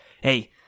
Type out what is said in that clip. Hey